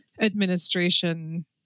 administration